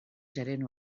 gerent